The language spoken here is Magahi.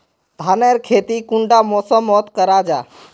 धानेर खेती कुंडा मौसम मोत करा जा?